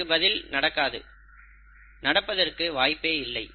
இதற்கு பதில் "நடக்காது" நடப்பதற்கு வாய்ப்பே இல்லை